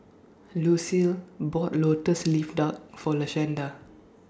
Lucile bought Lotus Leaf Duck For Lashanda